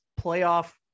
playoff